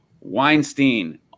Weinstein